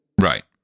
right